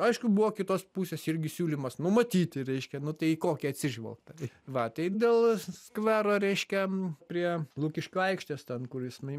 aišku buvo kitos pusės irgi siūlymas numatyti reiškia nu tai į kokį atsižvelgta tai va tai dėl skvero reiškia prie lukiškių aikštės ten kur jis nai